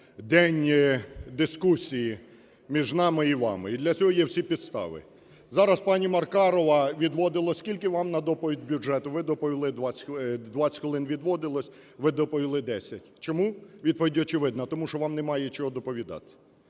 день дискусії між нами і вами, і для цього є всі підстави. Зараз пані Маркарова відводилось… Скільки вам на доповідь бюджету? Ви доповіли… 20 хвилин відводилось, ви доповіли 10. Чому? Відповідь очевидна: а тому, що вам немає чого доповідати.